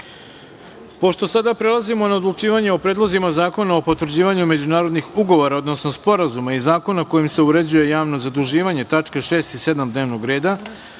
sada prelazimo na odlučivanje o predlozima zakona o potvrđivanju međunarodnih ugovora, odnosno sporazuma i zakona kojim se uređuje javno zaduživanje, tačke 6. i 7. dnevnog reda,